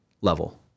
level